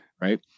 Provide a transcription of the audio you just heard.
right